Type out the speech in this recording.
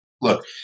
Look